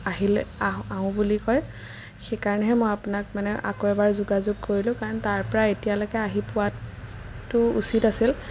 আহিলে আহোঁ বুলি কয় সেইকাৰণেহে মই আপোনাক মানে আকৌ এবাৰ যোগাযোগ কৰিলোঁ কাৰণ তাৰ পৰা এতিয়ালৈকে আহি পোৱাতো উচিত আছিল